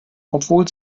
obwohl